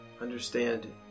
understand